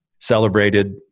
celebrated